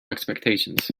expectations